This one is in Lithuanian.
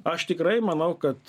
aš tikrai manau kad